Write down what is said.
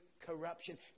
corruption